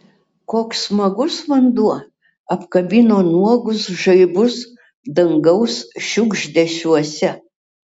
koks smagus vanduo apkabino nuogus žaibus dangaus šiugždesiuose